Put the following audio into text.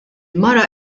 mara